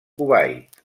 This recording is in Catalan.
kuwait